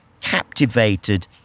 captivated